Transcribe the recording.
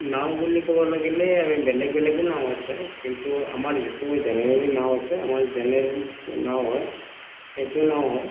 নাও বুলি ক'ব লাগিলে আমি বেলেগ বেলেগো নাও আছে কিন্তু আমাৰ যিটো আমাৰ জেনেৰেলি নাও আছে আমাৰ জেনেৰেলি যিটো নাও হয় সেইটো নাও হয়